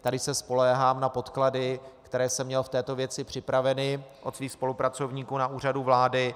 Tady se spoléhám na podklady, které jsem měl v této věci připraveny od svých spolupracovníků na Úřadu vlády.